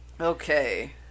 Okay